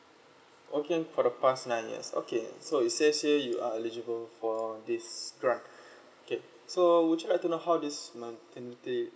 working for the past nine years okay so it says here you are eligible for this grant okay so would you like to know how this maternity